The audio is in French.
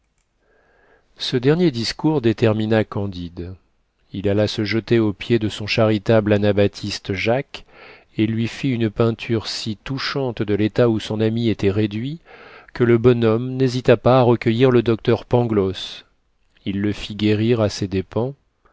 ce dernier discours détermina candide il alla se jeter aux pieds de son charitable anabaptiste jacques et lui fit une peinture si touchante de l'état où son ami était réduit que le bon homme n'hésita pas à recueillir le docteur pangloss il le fit guérir à ses dépens